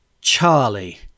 Charlie